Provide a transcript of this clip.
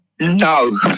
No